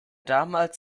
damals